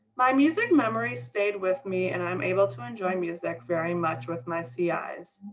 my music memory stayed with me and i'm able to enjoy music very much with my c i s.